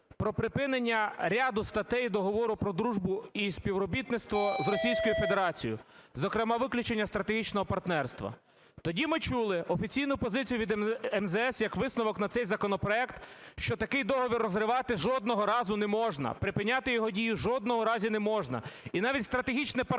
Договору про дружбу і співробітництво з Російською Федерацією, зокрема виключення стратегічного партнерства. Тоді ми чулу офіційну позицію від МЗС як висновок на цей законопроект, що такий договір розривати жодного разу не можна, припиняти його дію в жодному разі не можна і навіть стратегічне партнерство